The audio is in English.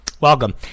Welcome